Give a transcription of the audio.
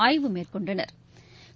ஆய்வு மேற்கொண்டனா்